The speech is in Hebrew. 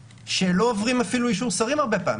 שלא עוברים אפילו אישור שרים הרבה פעמים,